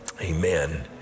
amen